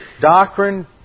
Doctrine